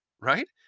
right